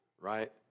right